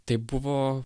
tai buvo